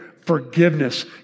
Forgiveness